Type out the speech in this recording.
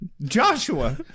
Joshua